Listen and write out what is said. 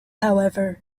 however